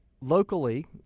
Locally